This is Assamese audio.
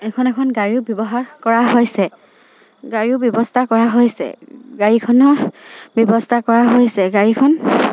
এখন এখন গাড়ীও ব্যৱহাৰ কৰা হৈছে গাড়ীও ব্যৱস্থা কৰা হৈছে গাড়ীখনৰ ব্যৱস্থা কৰা হৈছে গাড়ীখন